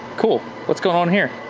cool. what's going on here?